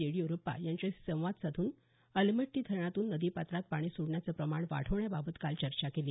येडीयुरप्पा यांच्याशी संवाद साधून अलमट्टी धरणातून नदी पात्रात पाणी सोडण्याचं प्रमाण वाढवण्याबाबत काल चर्चा केली